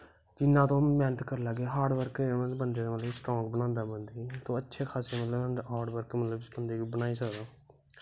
जिन्ना तुस मैंह्नत करी लैग्गे हार्ड बर्क करी लैग्गे बंदे गी मतलब स्ट्र्ंग बनांदा अच्छे खास्से मतलब कि हार्ड बर्क मतलब बंदा गी बनाई सकदा